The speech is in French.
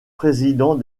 président